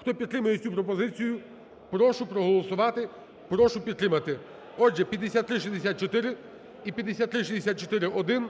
Хто підтримує цю пропозицію, прошу проголосувати. Прошу підтримати. Отже, 5364 і 5364-1